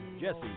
Jesse